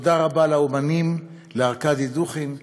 תודה רבה לאמנים ארקדי דוכין,